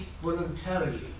voluntarily